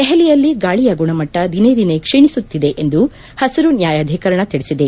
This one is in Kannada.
ದೆಹಲಿಯಲ್ಲಿ ಗಾಳಿಯ ಗುಣಮಟ್ಲ ದಿನೇದಿನೆ ಕ್ಷೀಣಿಸುತ್ತಿದೆ ಎಂದು ಹಸಿರು ನ್ಯಾಯಾಧೀಕರಣ ತಿಳಿಸಿದೆ